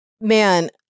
man